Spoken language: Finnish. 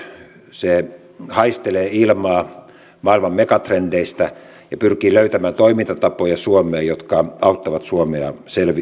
se haistelee ilmaa maailman megatrendeistä ja pyrkii löytämään toimintatapoja suomeen jotka auttavat suomea